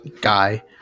guy